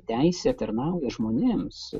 teisė tarnauja žmonėms